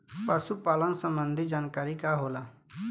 पशु पालन संबंधी जानकारी का होला?